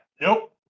nope